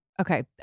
okay